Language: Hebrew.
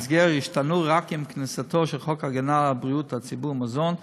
ההסגר ישתנו רק עם כניסתו של חוק ההגנה על בריאות הציבור (מזון),